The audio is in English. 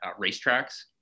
racetracks